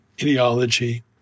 ideology